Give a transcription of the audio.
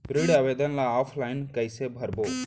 ऋण आवेदन ल ऑफलाइन कइसे भरबो?